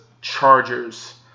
Chargers